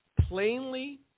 plainly